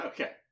Okay